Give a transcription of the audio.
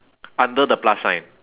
under the plus sign